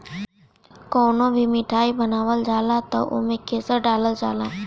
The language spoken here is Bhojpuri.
कवनो भी मिठाई बनावल जाला तअ ओमे केसर डालल जाला